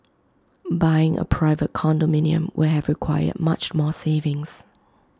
buying A private condominium will have required much more savings